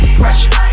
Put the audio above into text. pressure